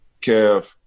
Kev